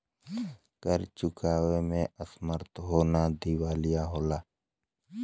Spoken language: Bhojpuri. कर्ज़ चुकावे में असमर्थ होना दिवालिया होला